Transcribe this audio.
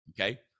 okay